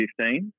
2015